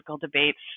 debates